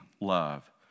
love